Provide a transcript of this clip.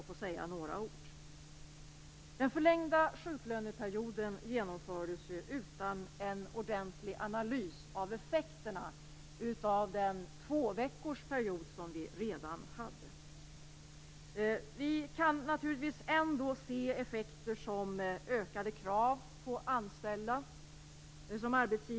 Förlängningen av sjuklöneperioden genomfördes utan en ordentlig analys av effekterna av den tvåveckorsperiod som redan införts. Vi kan ändå se effekter som högre krav från arbetsgivarna på de anställda.